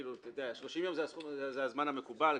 30 יום זה הזמן המקובל,